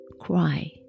cry